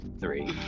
three